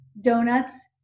donuts